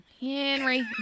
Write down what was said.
Henry